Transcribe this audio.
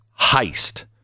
heist